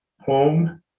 home